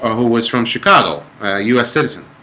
ah who was from chicago u s. citizen